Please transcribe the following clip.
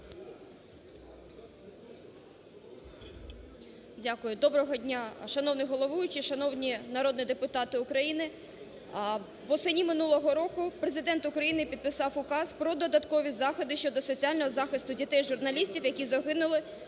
Дякую. Доброго дня, шановний головуючий, шановні народні депутати України! Восени минулого року Президент України підписав Указ про додаткові заходи щодо соціального захисту дітей журналістів, що загинули